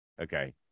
okay